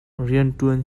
rianṭuan